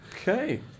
Okay